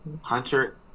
Hunter